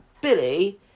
Billy